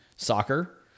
Soccer